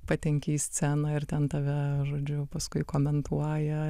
patenki į sceną ir ten tave žodžiu paskui komentuoja